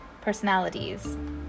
personalities